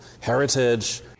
heritage